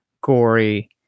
gory